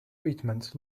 treatments